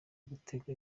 gutega